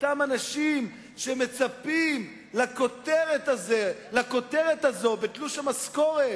אותם אנשים שמצפים לכותרת הזאת בתלוש המשכורת,